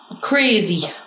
crazy